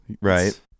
right